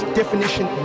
definition